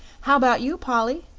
how about you, polly?